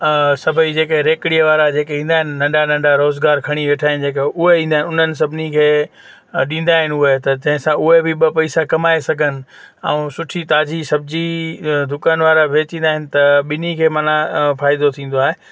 सभेई जेके रेकिड़ीअ वारा जेके ईंदा आहिनि नन्ढा नन्ढा रोज़गारु खणी वेठा आहिनि जेका उहे ईंदा आहिनि उन्हनि सभिनीनि खे ॾींदा आहिनि उहे त तंहिंसां उहे बि ॿ पैसा कमाए सघनि ऐं सुठी ताज़ी सब्जी दुकानवारा वेचींदा आहिनि त ॿिनी खे मना फ़ाइदो थींदो आहे